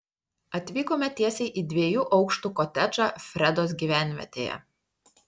atvykome tiesiai į dviejų aukštų kotedžą fredos gyvenvietėje